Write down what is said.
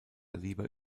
lieber